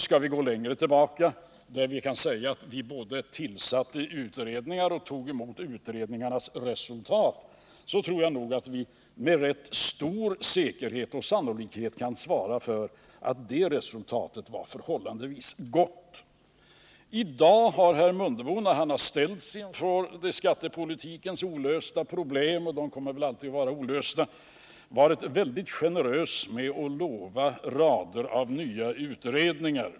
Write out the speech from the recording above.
Skall vi gå längre tillbaka, till den tid då vi både tillsatte utredningar och tog emot utredningarnas resultat tror jag att vi med rätt stor säkerhet kan svara för att resultatet då var förhållandevis gott. I dag har herr Mundebo när han ställts inför skattepolitikens olösta problem — och de kommer väl alltid att vara olösta — varit väldigt generös med att lova rader av nya utredningar.